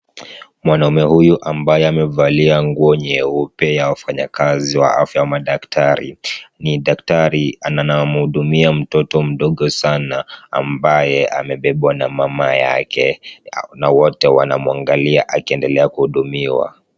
Mwanaume huyu ambaye amevalia nguo nyeupe ya wanfanyakazi wa afya wa madaktari, ni daktari anayemhudumia mtoto mdogo sana ambaye amebebwa na mamayake na wote wanamuangalia akiendelea kuhudumiwa.